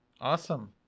awesome